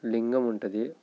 లింగం ఉంటుంది